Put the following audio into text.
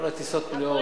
כל הטיסות מלאות,